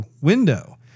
window